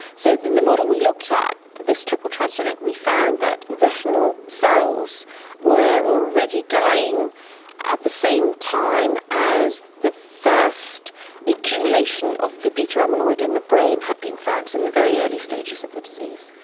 so in the model we looked at for this triple transgenic we found that retinal cells were already dying at the same time as the first accumulation of the beta amaloid in the brain had been found in the very early stages of the disease.